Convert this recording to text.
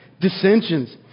dissensions